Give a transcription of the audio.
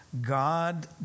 God